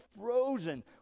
frozen